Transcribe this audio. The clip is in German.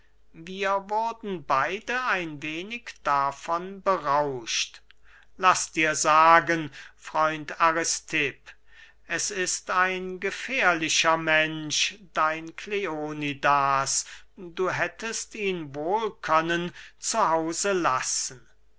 wir wurden beide ein wenig davon berauscht laß dir sagen freund aristipp es ist ein gefährlicher mensch dein kleonidas du hättest ihn wohl können zu hause lassen